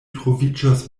troviĝos